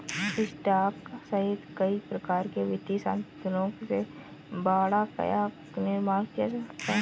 stock सहित कई प्रकार के वित्तीय साधनों से बाड़ा का निर्माण किया जा सकता है